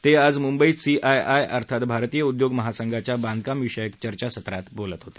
ते आज मुंबईत सी आय आय अर्थात भारतीय उद्योग महासंघाच्या बांधकाम विषयक चर्चासत्रात बोलत होते